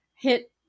hit